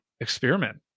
experiment